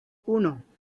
uno